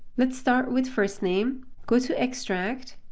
let's start with first name. go to extract,